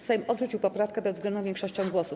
Sejm odrzucił poprawkę bezwzględną większością głosów.